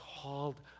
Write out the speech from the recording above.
called